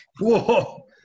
Whoa